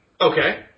Okay